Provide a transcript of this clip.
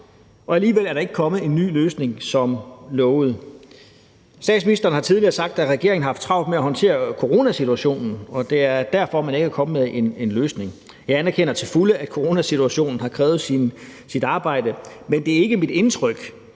og alligevel er der ikke kommet en ny løsning, som lovet. Statsministeren har tidligere sagt, at regeringen har haft travlt med at håndtere coronasituationen, og at det er derfor, at man ikke er kommet med en løsning. Jeg anerkender til fulde, at coronasituationen har krævet sit arbejde, men det er ikke mit indtryk,